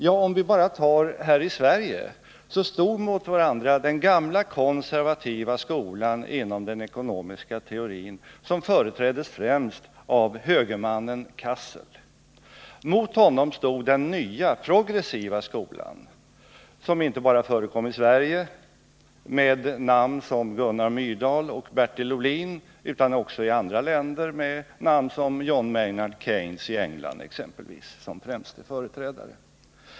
Jo, här i Sverige stod mot varandra den gamla konservativa skola inom den ekonomiska teorin, som företräddes främst av högermannen Cassel, och den nya progressiva skolan, som inte bara förekom i Sverige med namn som Gunnar Myrdal och Bertil Ohlin, utan också i andra länder med namn som John Maynard Keynes i England som främste företrädare.